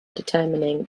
determining